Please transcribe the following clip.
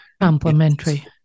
complementary